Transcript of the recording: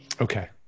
Okay